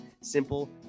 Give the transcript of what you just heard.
simple